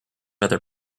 other